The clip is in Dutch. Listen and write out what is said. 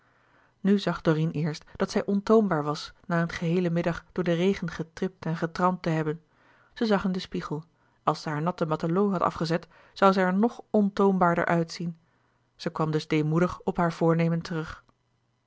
nu zag dorine eerst dat zij ontoonbaar was na een geheelen middag door den regen getript en getramd te hebben zij zag in den spiegel als ze haar natten matelot had afgezet zoû zij er nog ontoonbaarder uitzien ze kwam dus deemoedig op haar voornemen terug